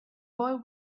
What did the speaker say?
boy